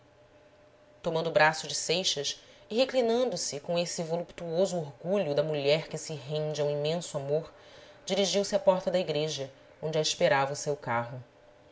tomando o braço de seixas e reclinando se com esse voluptuoso orgulho da mulher que se rende a um imenso amor dirigiu-se à porta da igreja onde a esperava o seu carro